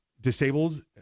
disabled